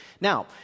Now